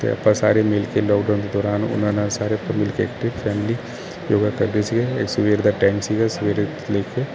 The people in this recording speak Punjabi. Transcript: ਤੇ ਆਪਾਂ ਸਾਰੇ ਮਿਲ ਕੇ ਲੋਕਡਾਊਨ ਦੇ ਦੌਰਾਨ ਉਹਨਾਂ ਨਾਲ ਸਾਰੇ ਆਪਾਂ ਮਿਲ ਕੇ ਯੋਗਾ ਕਰਦੇ ਸੀਗੇ ਸਵੇਰ ਦਾ ਟਾਈਮ ਸੀਗਾ ਸਵੇਰੇ